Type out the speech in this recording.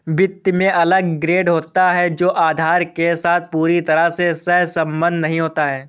वित्त में अलग ग्रेड होता है जो आधार के साथ पूरी तरह से सहसंबद्ध नहीं होता है